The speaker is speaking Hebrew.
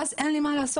ואז אין לי מה לעשות,